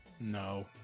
no